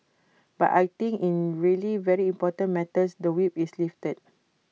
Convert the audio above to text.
but I think in really very important matters the whip is lifted